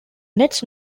nets